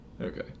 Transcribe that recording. Okay